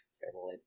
terrible